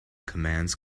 commands